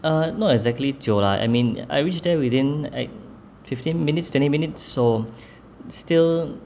uh not exactly 就啦 I mean I reach there within fifteen minutes twenty minutes so still